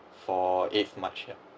for eighth march yeah